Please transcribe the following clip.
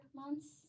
months